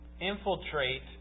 infiltrate